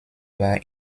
war